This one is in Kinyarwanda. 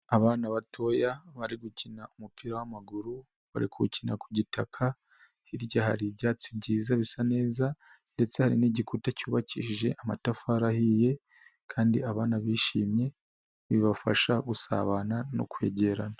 Abana batoya bari gukina umupira w'amaguru, bari gukina ku gitaka, hirya hari ibyatsi byiza bisa neza ndetse hari n'igikuta cyubakishije amatafari ahiye kandi abana bishimye, bibafasha gusabana no kwegerana.